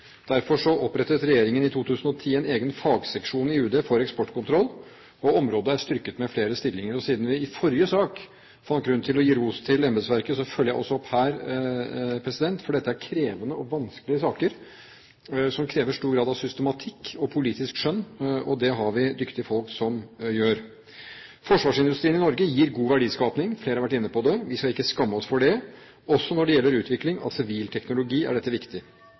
Derfor opprettet regjeringen i 2010 en egen fagseksjon i UD for eksportkontroll, og området er styrket med flere stillinger. Siden vi i forrige sak fant grunn til å gi ros til embetsverket, følger jeg også opp her, for dette er krevende og vanskelige saker som krever stor grad av systematikk og politisk skjønn. Og det har vi dyktige folk som har. Forsvarsindustrien i Norge gir god verdiskaping, flere har vært inne på det, vi skal ikke skamme oss over det. Også når det gjelder utvikling av sivil teknologi, er dette viktig.